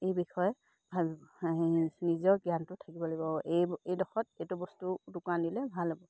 এই বিষয়ে ভাবিব নিজৰ জ্ঞানটো থাকিব লাগিব এই এইডখত এইটো বস্তু দোকান দিলে ভাল হ'ব